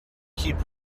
keep